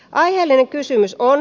aiheellinen kysymys on